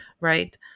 right